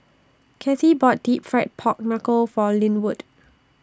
Kathi bought Deep Fried Pork Knuckle For Lynwood